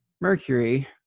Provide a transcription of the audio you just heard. Mercury